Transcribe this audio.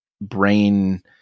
brain